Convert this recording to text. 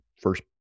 first